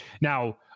Now